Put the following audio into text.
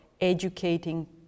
educating